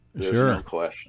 Sure